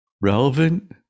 relevant